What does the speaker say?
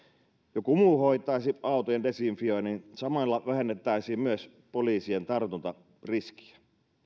joku muu hoitaisi autojen desinfioinnin samalla vähennettäisiin myös poliisien tartuntariskiä